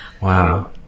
Wow